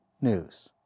news